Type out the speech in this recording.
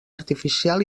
artificial